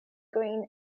green